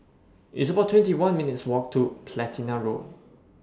It's about two one minutes' Walk to Platina Road